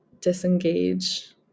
disengage